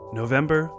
november